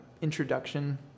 introduction